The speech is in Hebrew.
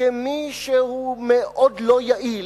כמי שהוא מאוד לא יעיל,